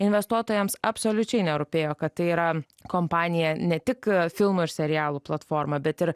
investuotojams absoliučiai nerūpėjo kad tai yra kompanija ne tik filmų ir serialų platforma bet ir